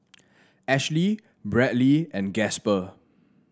Ashlea Bradly and Gasper